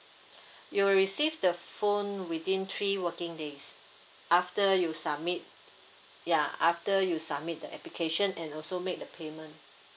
you receive the phone within three working days after you submit ya after you submit the application and also make the payment